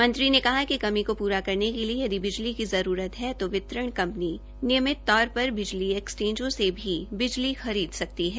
मंत्री ने कहा कि कमी को पूराकरने के लिए यदि बिजली की जरूरत है तो वितरण कंपनी नियमित तौर पर बिजली एक्सचेंजों से भी बिजली खरीद सकती है